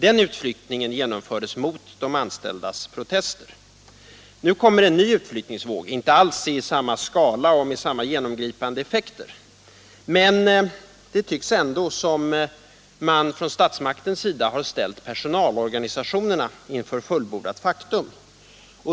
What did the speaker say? Den utflyttningen genomfördes mot de anställdas protester. Nu kommer beslut om en ny utflyttningsvåg — inte alls i samma skala och med samma genomgripande effekter, men det tycks ändå som om statsmakterna har ställt personalorganisationerna inför fullbordat faktum.